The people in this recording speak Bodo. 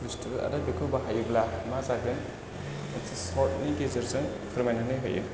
बुस्थु आरो बेखौ बाहायोब्ला मा जागोन मोनसे सर्थनि गेजेरजों फोरमायनानै होयो